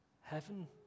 Heaven